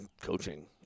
coaching